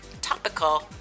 topical